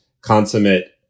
consummate